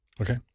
Okay